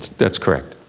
that's correct.